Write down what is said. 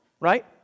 right